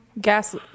gas